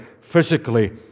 physically